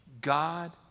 God